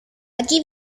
aquí